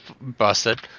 busted